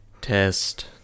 test